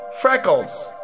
Freckles